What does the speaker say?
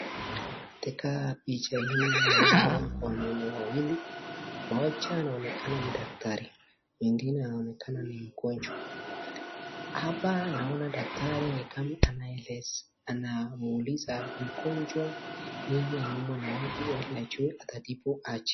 Katika picha hii naona wanaume wawili mmoja anaonekana ni daktari mwingine anaonekana ni mgonjwa, hapa naona daktari ni kama anamwuliza mgonjwa yeye anaumwa na wapi ili ajue atatibu aje.